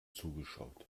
zugeschaut